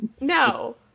No